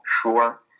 sure